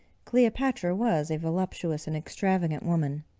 cleopatra was a voluptuous and extravagant woman,